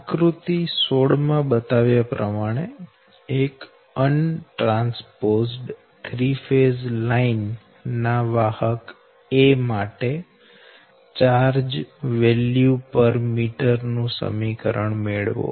આકૃતિ 16 માં બતાવ્યા પ્રમાણે એક અનટ્રાન્સપોઝ્ડ 3 ફેઝ લાઈન ના વાહક 'a' માટે ચાર્જ વેલ્યુ પર મીટર નું સમીકરણ મેળવો